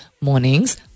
Mornings